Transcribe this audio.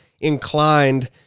inclined